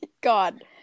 God